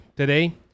today